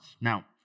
Now